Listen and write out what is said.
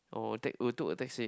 oh you take oh you took a taxi